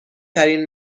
ترین